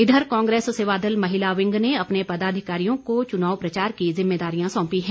इधर कांग्रेस सेवादल महिला विंग ने अपने पदाधिकारियों को चुनाव प्रचार की जिम्मेदारियां सौंपी हैं